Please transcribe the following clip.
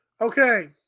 Okay